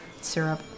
syrup